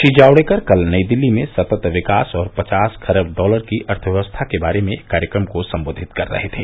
श्री जावड़ेकर कल नई दिल्ली में सतत विकास और पचास खरब डालर की अर्थव्यवस्था के बारे में एक कार्यक्रम को संबोधित कर रहे थे